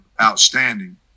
outstanding